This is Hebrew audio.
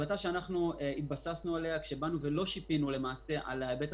אנחנו לא שיפינו על השכירות,